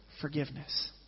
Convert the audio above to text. forgiveness